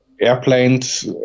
Airplanes